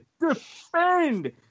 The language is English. Defend